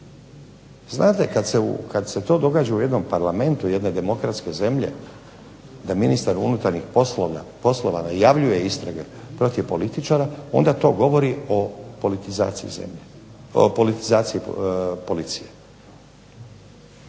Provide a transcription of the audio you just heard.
Znate kad se to događa u jednom Parlamentu jedne demokratske zemlje da ministar unutarnjih poslova najavljuje istrage protiv političara onda to govori o politizaciji zemlje,